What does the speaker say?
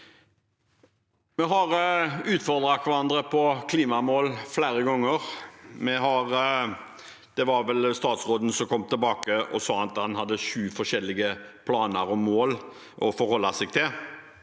Vi har utfordret hverandre på klimamål flere ganger. Det var vel statsråden som kom tilbake og sa at han hadde sju forskjellige planer og mål å forholde seg til.